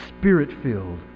spirit-filled